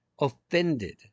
offended